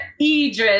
idris